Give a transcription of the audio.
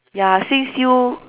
ya since you